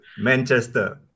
Manchester